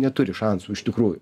neturi šansų iš tikrųjų